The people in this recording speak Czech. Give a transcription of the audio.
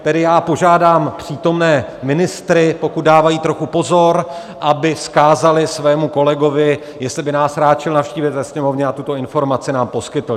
Tedy požádám přítomné ministry, pokud dávají trochu pozor, aby vzkázali svému kolegovi, jestli by nás ráčil navštívit ve Sněmovně a tuto informaci nám poskytl.